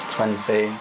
Twenty